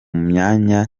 myanya